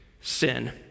sin